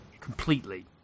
completely